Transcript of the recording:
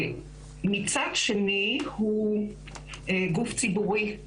מצד שני, הוא גוף ציבורי,